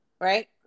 right